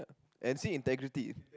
and see integrity